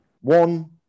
One